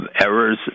errors